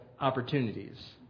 opportunities